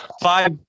Five